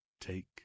take